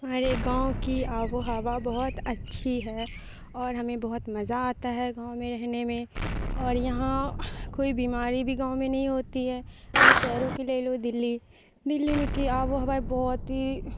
میرے گاؤں کی آب و ہوا بہت اچھی ہے اور ہمیں بہت مزہ آتا ہے گاؤں میں رہنے میں اور یہاں کوئی بیماری بھی گاؤں میں نہیں ہوتی ہے ابھی شہروں کے لے لو دلی دلی میں کی آب و ہوا بہت ہی